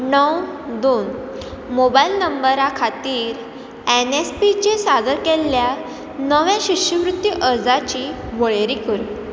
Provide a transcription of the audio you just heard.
णव दोन मोबायल नंबरा खातीर एनएसपीचेर सादर केल्ल्या नव्या शिश्यवृत्ती अर्जाची वळेरी कर